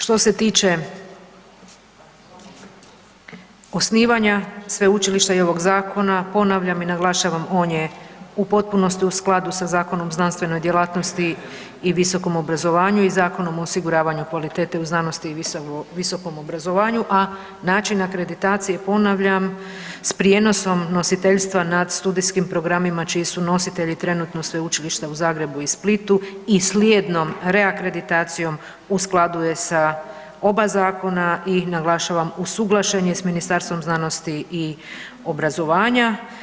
Što se tiče osnivanja sveučilišta i ovog zakona, ponavljam i naglašavam, on je u potpunosti u skladu sa Zakonom o znanstvenoj djelatnosti i visokom obrazovanju i Zakonom o osiguravanju kvalitete u znanosti i visokom obrazovanju, a način akreditacije ponavljam s prijenosom nositeljstva nad studijskim programima čiji su nositelji trenutno Sveučilišta u Zagrebu i Splitu i slijednom reakreditacijom u skladu je sa oba zakona i naglašavam, usuglašen je sa Ministarstvom znanosti i obrazovanja.